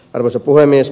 arvoisa puhemies